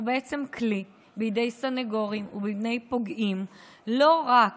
הן בעצם כלי בידי סנגורים ובידי פוגעים לא רק